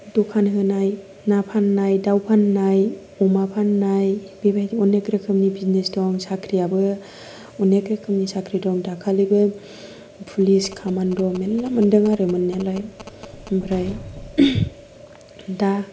दखान होनाय ना फाननाय दाउ फाननाय अमा फाननाय बेबायदि अनेख रोखोमनि बिजनेस दं साख्रियाबो अनेख रोखोमनि साख्रि दं दाखालिबो फुलिस कामान्ड' मेल्ला मोनदों आरो मोननायालाय ओमफ्राय दा